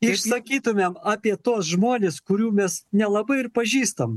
išsakytumėm apie tuos žmones kurių mes nelabai ir pažįstam